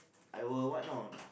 I will what no